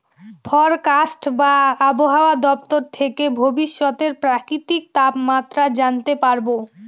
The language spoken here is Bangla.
ফরকাস্ট বা আবহাওয়া দপ্তর থেকে ভবিষ্যতের প্রাকৃতিক তাপমাত্রা জানতে পারবো